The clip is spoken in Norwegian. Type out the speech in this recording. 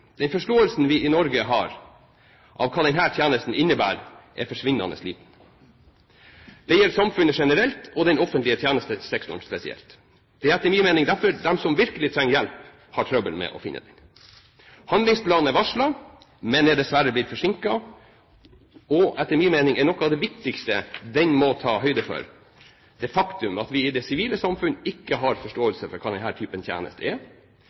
Den forståelsen vi i Norge har av hva denne tjenesten innebærer, er forsvinnende liten. Dette gjelder samfunnet generelt og den offentlige tjenestesektoren spesielt. Det er etter min mening derfor de som virkelig trenger hjelp, har trøbbel med å finne den. Handlingsplanen er varslet, men er dessverre blitt forsinket. Etter min mening er noe av det viktigste den må ta høyde for, det faktum at vi i det sivile samfunn ikke har forståelse for hva denne typen tjeneste er.